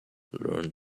learn